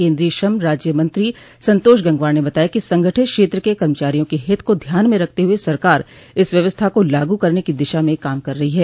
केन्द्रीय श्रम राज्य मंत्री संतोष गंगवार ने बताया कि संगठित क्षेत्र के कर्मचारियों के हित को ध्यान में रखते हुए सरकार इस व्यवस्था को लागू करने की दिशा में काम कर रही है